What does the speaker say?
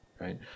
right